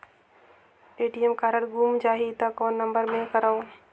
ATM card गुम जाही त कौन नम्बर मे करव?